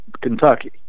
Kentucky